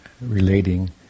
relating